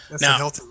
Now